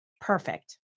Perfect